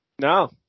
No